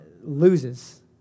loses